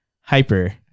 hyper